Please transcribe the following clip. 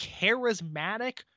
charismatic